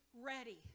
ready